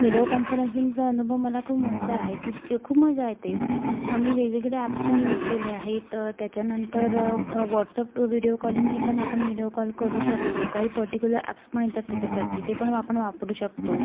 video कॉन्फरंसिंगचा अनुभव मला खूप मस्त आहे की क खूप मजा येते आम्ही वेगवेगळे ॲप्सपण यूज केले आहेत त्याच्यानंतर व्हाॅट्सअप व्हिडीओ कॉलिंगनेपण आपण व्हिडीओ कॉल करू शकतो काही पर्टिक्युलर ॲप्सपण येतात त्याच्यासाठी तेपण आपण वापरू शकतो